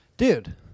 Dude